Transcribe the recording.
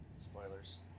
spoilers